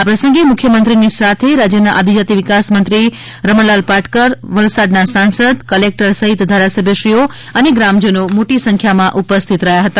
આ પ્રસંગે મુખ્યમંત્રીશ્રીની સાથે રાજ્યના આદિજાતિ વિકાસમંત્રી રમણલાલ પાટકર વલસાડના સાંસદ કલેક્ટર સહિત ધારાસભ્યશ્રીઓ અને ગ્રામજનો મોટી સંખ્યામાં ઉપસ્થિત રહ્યા હતા